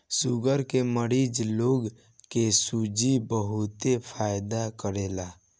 sugar के मरीज लोग के सूजी बहुते फायदा करेला